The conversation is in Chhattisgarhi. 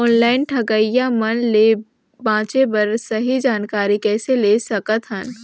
ऑनलाइन ठगईया मन ले बांचें बर सही जानकारी कइसे ले सकत हन?